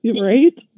right